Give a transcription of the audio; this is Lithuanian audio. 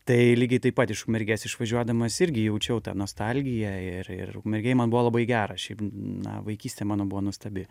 tai lygiai taip pat iš ukmergės išvažiuodamas irgi jaučiau tą nostalgiją ir ir ukmergėj man buvo labai gera šiaip na vaikystė mano buvo nuostabi